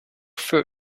foot